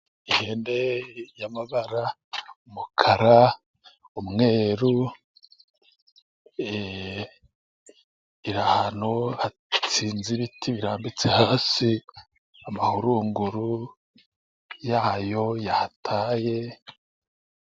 Ihene y'amabara umukara, umweru, iri ahantu hatsinze ibiti birambitse hasi amahurunguru yayo yahataye.